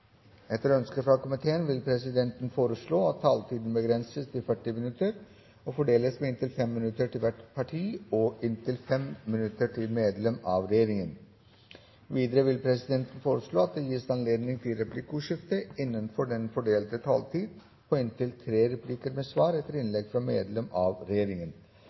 Etter ønske fra transport- og kommunikasjonskomiteen vil presidenten foreslå at taletiden begrenses til 40 minutter og fordeles med inntil 5 minutter til hvert parti og inntil 5 minutter til medlem av regjeringen. Videre vil presidenten foreslå at det gis anledning til replikkordskifte på inntil tre replikker med svar etter innlegg fra medlem av regjeringen